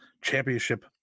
championship